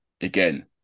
again